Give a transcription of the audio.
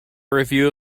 review